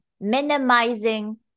minimizing